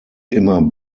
immer